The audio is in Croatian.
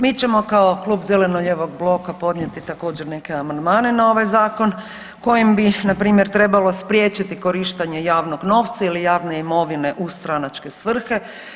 Mi ćemo kao Klub zeleno-lijevog bloka podnijeti također, neće amandmane na ovaj Zakon kojim bi, npr. trebalo spriječiti korištenje javnog novca ili javne imovine u stranačke svrhe.